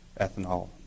ethanol